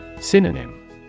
Synonym